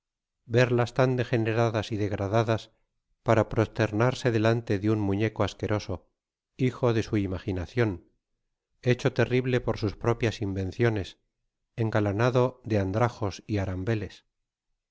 verlas tan degeneradas y degradada para prosternarse delante de un muñeco asqueroso hijo de su imaginacion heeho terrible por sus propias inven dones engalanado de andrajos y arambeles